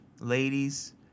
Ladies